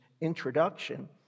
introduction